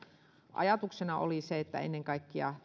ajatuksena oli se että pyritään ennen kaikkea